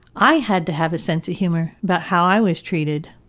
i had to have a sense of humor about how i was treated.